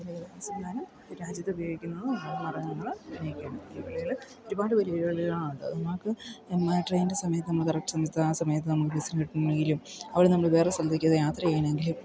ഇങ്ങനൊരു സംവിധാനം രാജ്യത്തുപയോഗിക്കുന്നത് ഗതാഗത മാർഗ്ഗങ്ങൾ ഇങ്ങനെയൊക്കെയാണ് ഒരുപാട് വെല്ലുവിളികളാണത് നമുക്ക് ട്രെയിൻ്റെ സമയത്ത് നമ്മൾ കറക്റ്റ് സമയത്ത് ആ സമയത്ത് നമ്മൾ ബസ് കിട്ടണമെങ്കിലും അതു പോലെ നമ്മൾ വേറെ സ്ഥലത്തേക്ക് യാത്ര ചെയ്യണമെങ്കിലും